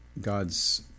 God's